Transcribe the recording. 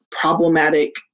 problematic